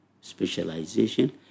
specialization